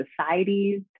societies